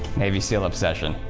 navy seal obsession.